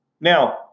Now